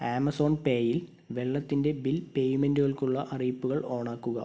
Amazon പേയിൽ വെള്ളത്തിൻ്റെ bill പേയ്മെൻറ്റുകൾക്കുള്ള അറിയിപ്പുകൾ ഓണാക്കുക